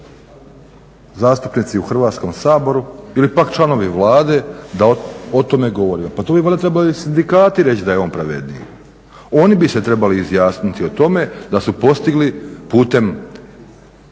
zastupnici u Hrvatskom saboru ili pak članovi Vlade da o tome govorimo. Pa to bi valjda trebali sindikati reći da je on pravedniji, oni bi se trebali izjasniti o tome da su postigli putem